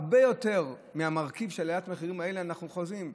הרבה יותר מהמרכיב של עליית המחירים האלה אנחנו חוזים.